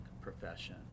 profession